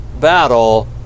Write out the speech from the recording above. battle